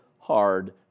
hard